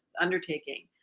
undertaking